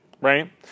right